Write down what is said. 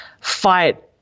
fight